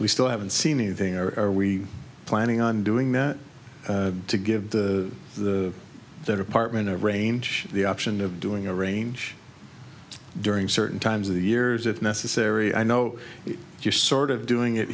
we still haven't seen anything or are we planning on doing that to give the department of range the option of doing a range during certain times of the years if necessary i know you're sort of doing it